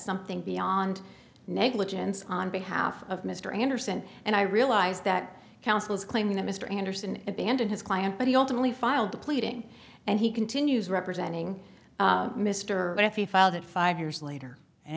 something beyond negligence on behalf of mr anderson and i realize that counsel is claiming that mr anderson abandoned his client but he only filed the pleading and he continues representing mr but if he filed it five years later and